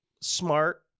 smart